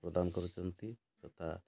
ପ୍ରଦାନ କରୁଛନ୍ତି ତଥା